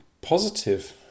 positive